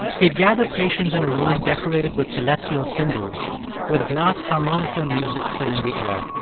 he'd gather patients in a room decorated with celestial symbols with glass harmonica music filling the air